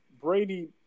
Brady